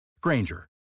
Granger